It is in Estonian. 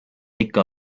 ikka